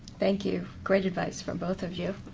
thank you. great advice from both of you.